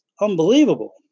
unbelievable